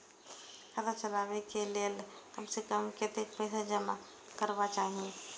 खाता चलावै कै लैल कम से कम कतेक पैसा जमा रखवा चाहि